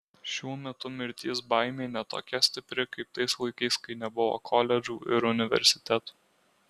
šiuo metu mirties baimė ne tokia stipri kaip tais laikais kai nebuvo koledžų ir universitetų